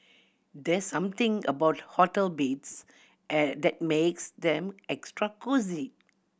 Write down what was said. there's something about hotel beds and that makes them extra cosy